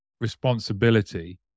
responsibility